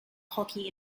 hockey